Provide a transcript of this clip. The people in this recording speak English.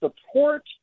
support